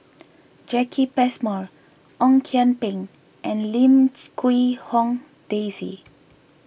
Jacki Passmore Ong Kian Peng and Lim Quee Hong Daisy